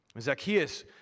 Zacchaeus